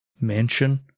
mansion